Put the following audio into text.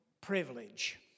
privilege